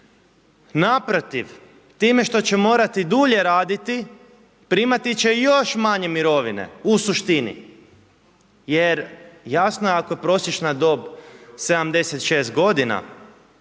naprotiv, time što će morati dulje raditi primati će još manje mirovine, u suštini. Jer jasno je ako je prosječna dob 76 godina